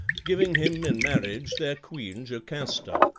giving him in marriage their queen jocasta.